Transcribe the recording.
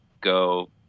go